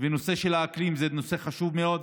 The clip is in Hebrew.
והנושא של האקלים זה נושא חשוב מאוד,